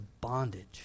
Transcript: bondage